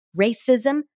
racism